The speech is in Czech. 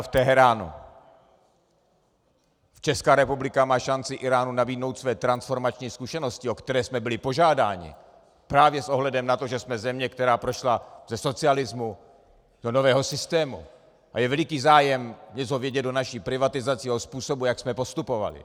ČR má šanci Íránu nabídnout své transformační zkušenosti, o které jsme byli požádáni právě s ohledem na to, že jsme země, která prošla ze socialismu do nového systému, a je veliký zájem něco vědět o naší privatizaci, o způsobu, jak jsme postupovali.